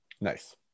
Nice